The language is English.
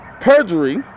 Perjury